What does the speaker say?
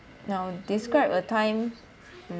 now describe a time mm